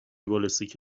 بالستیک